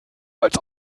als